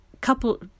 couple